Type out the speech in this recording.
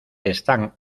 están